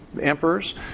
emperors